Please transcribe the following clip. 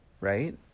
right